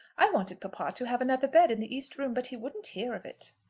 i wanted papa to have another bed in the east room, but he wouldn't hear of it.